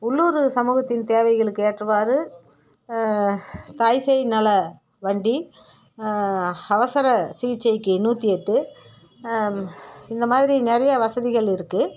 உள்ளூர் சமூகத்தின் தேவைகளுக்கு ஏற்றவாறு தாய்சேய் நல வண்டி அவசர சிகிச்சைக்கு நூற்றி எட்டு இந்த மாதிரி நிறைய வசதிகள் இருக்குது